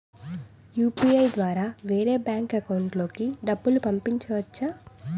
UPI ద్వారా వేరే bank account లోకి డబ్బులు పంపించవచ్చా?